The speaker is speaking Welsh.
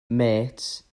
mêts